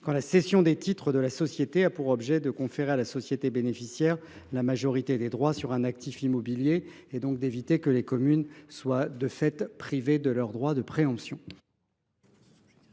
la cession des titres de la société a pour objet de conférer à la société bénéficiaire la majorité des droits sur un actif immobilier, afin d’éviter que les communes ne soient privées de leur droit de préemption.